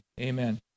amen